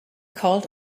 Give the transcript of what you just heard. called